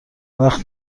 وقت